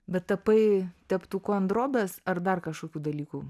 bet tapai teptuku ant drobės ar dar kažkokių dalykų